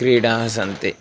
क्रीडाः सन्ति